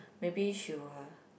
maybe she were